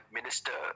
Minister